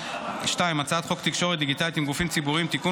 2. הצעת חוק תקשורת דיגיטלית עם גופים ציבוריים (תיקון,